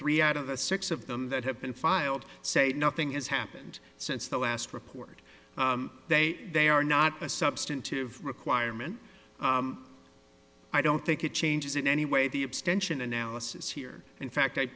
three out of the six of them that have been filed say nothing is happened since the last report they they are not a substantive requirement i don't think it changes in any way the abstention analysis here in fact i